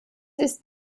ist